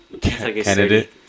Candidate